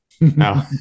No